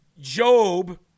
Job